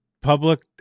public